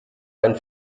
ein